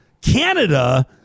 Canada